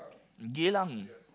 Geylang